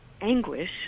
anguish